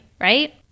right